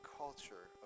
culture